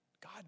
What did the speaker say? God